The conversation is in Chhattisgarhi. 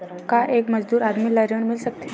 का एक मजदूर आदमी ल ऋण मिल सकथे?